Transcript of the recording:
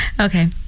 Okay